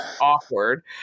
Awkward